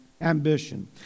ambition